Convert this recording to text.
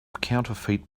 counterfeit